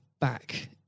back